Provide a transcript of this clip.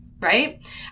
right